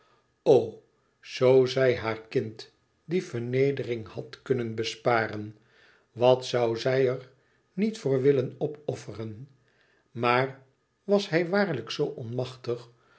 zoo zij haar kind die vernedering had knnen besparen wat zoû zij er niet voor willen opofferen maar was hij waàrlijk zoo onmachtig